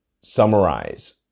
summarize